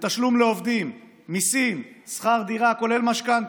בתשלום לעובדים, מיסים, שכר דירה, כולל משכנתה,